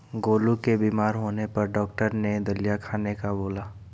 गोलू के बीमार होने पर डॉक्टर ने दलिया खाने का बोला